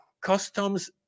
Customs